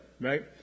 Right